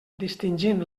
distingint